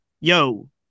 yo